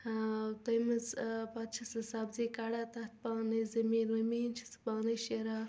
ٲں تمہِ منٛز ٲں پتہٕ چھِ سۄ سبزی کڑان تتھ پانے زمیٖن ومیٖن چھِ سۄ پانے شیران